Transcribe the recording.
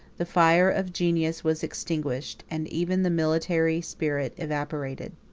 the fire of genius was extinguished, and even the military spirit evaporated.